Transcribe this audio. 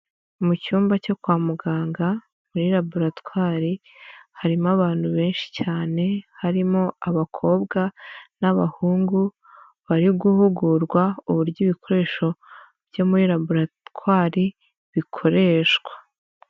Mu cyumba cyo kwa muganga, muri raboratwari, harimo abantu benshi cyane, harimo abakobwa n'abahungu, bari guhugurwa, uburyo ibikoresho byo muri raboratwari bikoreshwa.